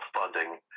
funding